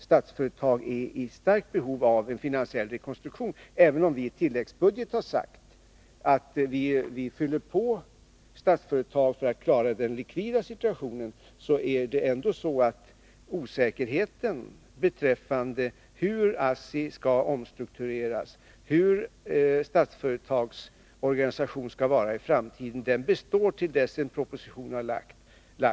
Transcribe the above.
Statsföretag är i starkt behov av en finansiell rekonstruktion, även om vi i tilläggsbudgeten har sagt att vi fyller på Statsföretag för att företaget skall kunna klara den likvida situationen. Det är ändå så, att osäkerheten beträffande hur ASSI skall omstruktureras och hur Statsföretags organisation skall vara i framtiden består till dess en proposition har lagts fram.